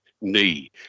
knee